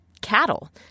cattle